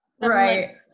Right